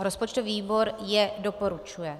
Rozpočtový výbor je doporučuje.